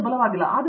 ದೀಪಾ ವೆಂಕಟೇಶ್ ಸರಿ